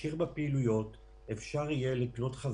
מדינות אחרות פשוט שלפו את תוכנית המגרה והפעילו כי הן ראו מה קרה כשהיה